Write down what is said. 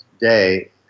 day